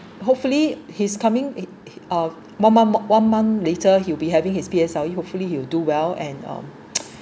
hopefully he's coming he of one month more one month later he'll be having his P_S_L_E hopefully he will do well and um